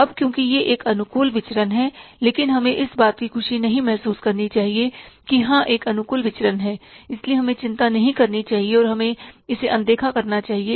अब क्योंकि यह एक अनुकूल विचरण है लेकिन हमें इस बात की खुशी नहीं महसूस करनी चाहिए कि हाँ एक अनुकूल विचरण है इसलिए हमें चिंता नहीं करनी चाहिए और हमें इसे अनदेखा करना चाहिए